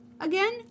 again